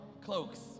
cloaks